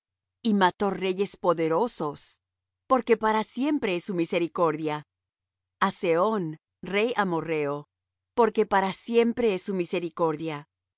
y mató reyes poderosos porque para siempre es su misericordia a sehón rey amorrheo porque para siempre es su misericordia